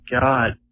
God